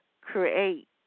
create